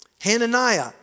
Hananiah